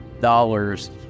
dollars